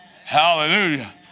Hallelujah